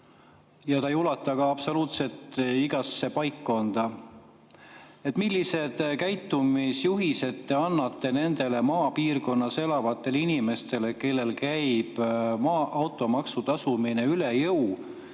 ja ta ei [jõua] ka [sugugi] igasse paikkonda. Millised käitumisjuhised te annate nendele maapiirkonnas elavatele inimestele, kellele käib automaksu tasumine üle jõu?